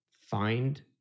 find